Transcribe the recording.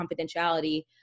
confidentiality